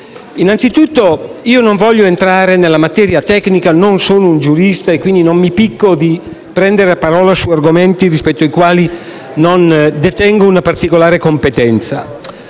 Innanzitutto, non voglio entrare nella materia tecnica in quanto non sono un giurista e non mi picco di prendere la parola su argomenti sui quali non detengo una particolare competenza.